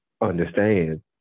understand